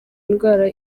indwara